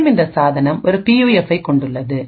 மேலும் இந்த சாதனம் ஒரு பியூஎஃப்பைக் கொண்டுள்ளது